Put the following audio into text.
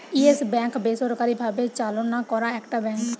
yes Bank বেসরকারি ভাবে চালনা করা একটা ব্যাঙ্ক